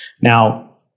Now